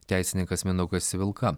teisininkas mindaugas civilka